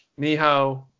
Nihao